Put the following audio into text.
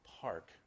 park